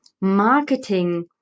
marketing